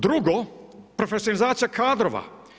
Drugo, profesionalizacija kadrova.